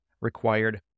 required